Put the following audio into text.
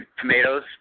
tomatoes